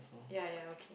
ya ya okay